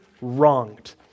wronged